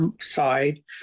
side